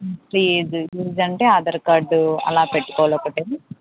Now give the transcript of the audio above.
fees ఫీజ్ అంటే Aadhaar card అలా పెట్టుకోవాలి ఒకటి